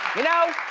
you know?